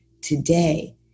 today